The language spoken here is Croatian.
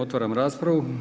Otvaram raspravu.